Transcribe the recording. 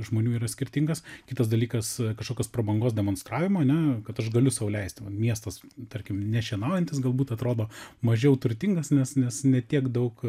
žmonių yra skirtingas kitas dalykas kažkokios prabangos demonstravimo ane kad aš galiu sau leisti va miestas tarkim nešienaujantis galbūt atrodo mažiau turtingas nes nes ne tiek daug